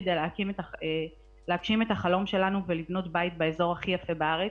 כדי להגשים את החלום שלנו ולבנות בית באזור הכי יפה בארץ,